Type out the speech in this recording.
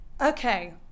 Okay